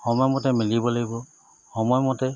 সময়মতে মিলিব লাগিব সময়মতে